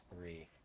three